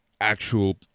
actual